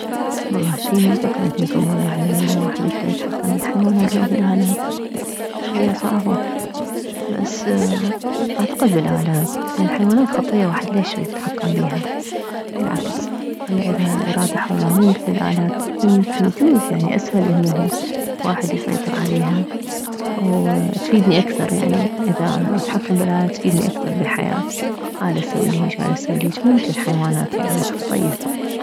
والله شي ما مفكرة بيه قبل انه واحد يكدر يتحكم بالحيوانات لو بالآلات شوية صعبة بس اعتقد بالآلات لان حيوانات خطية واحد ليش يريد يتحكم بيها بالعكس خلي عدها ارادة حرة مو مثل الآلات تكون يمكن يجوز اسهل انه واحد يسيطر عليها وتفيدني اكثر يعني اذا اتحكم بالآلات تفيدني اكثر بالحياة هاي التسويلي هيج هاي تسويلي هيج مو مثل الحيوانات يعني خطية